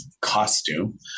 costume